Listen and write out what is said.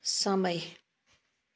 समय